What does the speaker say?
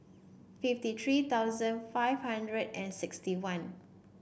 fifty three thousand five hundred and sixty one